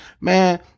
man